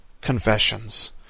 confessions